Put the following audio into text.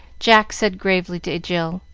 jack said, gravely, to jill